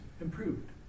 improved